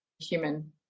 human